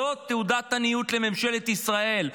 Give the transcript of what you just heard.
זאת תעודת עניות לממשלת ישראל.